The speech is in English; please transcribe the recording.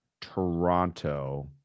Toronto